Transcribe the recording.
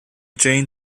jain